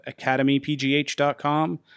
academypgh.com